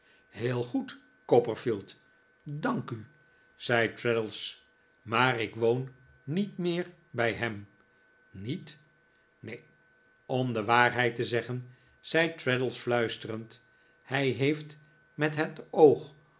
heel goed copperfield dank u zei traddles maar ik woon niet meer bij hem niet neen om de waarheid te zeggen zei traddles fluisterend hij heeft met het oog